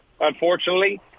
Unfortunately